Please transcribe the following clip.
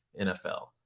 NFL